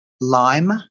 lime